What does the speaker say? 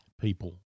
people